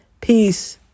Peace